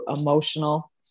emotional